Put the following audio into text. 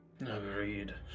Agreed